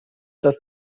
dass